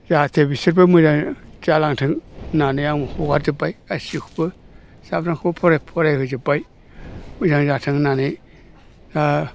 जाहाथे बिसोरबो मोजां जालांथों होननानै आं हगारजोब्बाय गासैखौबो साब्रैखौबो फराय फरायहोजोब्बाय मोजां जाथों होनानै दा